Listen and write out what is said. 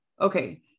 okay